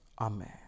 Amen